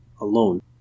alone